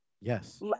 Yes